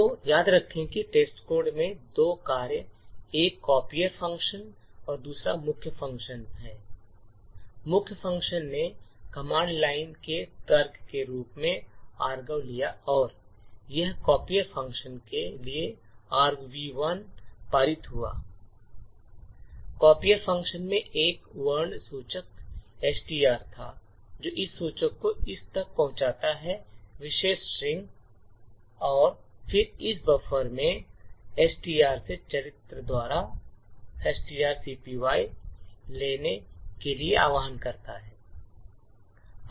तो याद रखें कि टेस्टकोड में दो कार्य एक कापियर फ़ंक्शन और एक मुख्य फ़ंक्शन थे मुख्य फ़ंक्शन ने कमांड लाइन के तर्क के रूप में आर्गव लिया और यह कॉपियर फ़ंक्शन के लिए argv1 पारित हुआ कॉपियर फ़ंक्शन में एक वर्ण सूचक एसटीआर था जो इस सूचक को इस तक पहुंचाता है विशेष स्ट्रिंग और फिर इस बफर में एसटीआर से strcpy द्वारा होता है